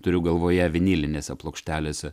turiu galvoje vinilinėse plokštelėse